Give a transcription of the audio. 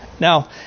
Now